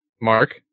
Mark